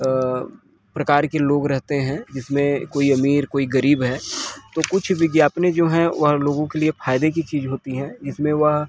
अ प्रकार के लोग रहते हैं जिसमें कोई अमीर कोई गरीब है तो कुछ विज्ञापनें जो है वह लोगों के लिए फायदे की चीज होती हैं जिसमें वह